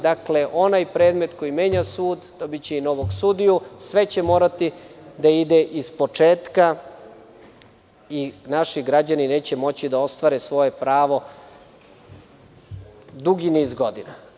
Dakle, onaj predmet koji menja sud, dobiće i novog sudiju, sve će morati da ide iz početka i naši građani neće moći da ostvare svoje pravo dugi niz godina.